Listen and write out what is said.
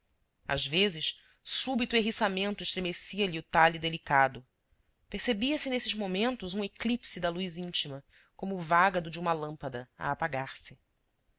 às vezes súbito erriçamento estremecia lhe o talhe delicado percebia se nesses momentos um eclipse da luz íntima como o vágado de uma lâmpada a apagar-se